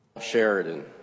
Sheridan